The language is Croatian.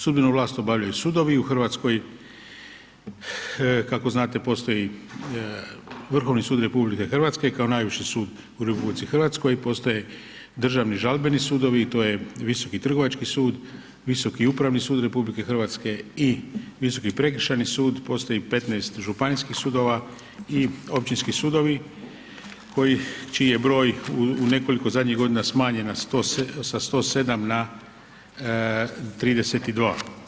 Sudbenu vlast obavljaju sudovi u Hrvatskoj, kako znate postoji Vrhovni sud RH kao najviši sud u RH i postoje državni i žalbeni sudovi i to je Visoki trgovački sud, Visoki upravni sud RH i Visoki prekršajni sud, postoji 15 županijskih sudova i općinski sudovi čiji je broj u nekoliko zadnjih godina smanjen sa 107 na 32.